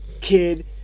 kid